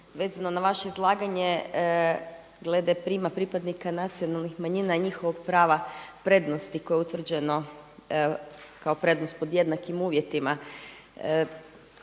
vezano na vaše izlaganje glede … pripadnika nacionalnih manjina i njihovog prava prednosti koje je utvrđeno kao prednost pod jednakim uvjetima.